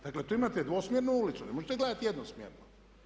Dakle, tu imate dvosmjernu ulicu, ne možete gledati jednosmjerno.